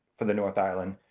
for the north island,